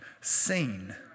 seen